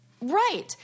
Right